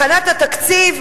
הכנת התקציב,